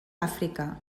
àfrica